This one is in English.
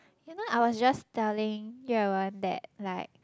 you know I was just telling Ye-Wen that like